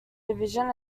division